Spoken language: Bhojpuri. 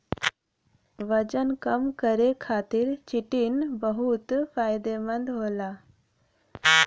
वजन कम करे खातिर चिटिन बहुत फायदेमंद होला